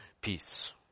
peace